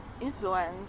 Influence